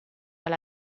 alla